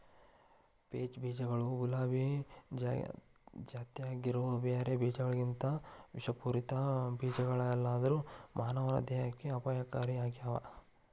peach ಬೇಜಗಳು ಗುಲಾಬಿ ಜಾತ್ಯಾಗಿರೋ ಬ್ಯಾರೆ ಬೇಜಗಳಿಗಿಂತಬಾಳ ವಿಷಪೂರಿತ ಬೇಜಗಳಲ್ಲದೆದ್ರು ಮಾನವನ ದೇಹಕ್ಕೆ ಅಪಾಯಕಾರಿಯಾಗ್ಯಾವ